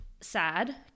sad